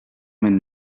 many